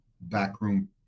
backroom